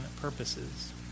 purposes